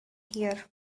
here